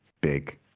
big